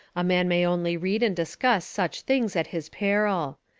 a man may only read and discuss such things at his peril.